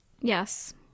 yes